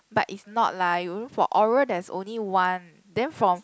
but it's not lah you know for oral there's only one then from